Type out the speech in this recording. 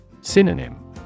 Synonym